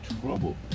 trouble